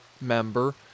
member